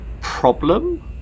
problem